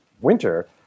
winter